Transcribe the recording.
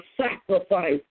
sacrifice